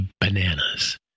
bananas